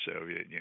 Soviet